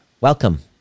welcome